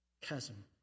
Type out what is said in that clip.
chasm